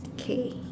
K